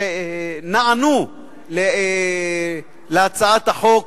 שנענו להצעת החוק,